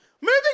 Moving